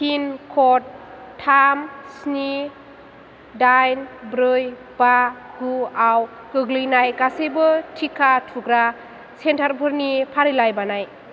pin code थाम स्नि दाइन ब्रै बा गुआव गोग्लैनाय गासैबो टिका थुग्रा सेन्टारफोरनि फारिलाइ बानाय